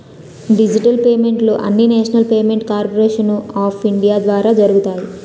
digital పేమెంట్లు అన్నీనేషనల్ payment corporation of India ద్వారా జరుగుతాయి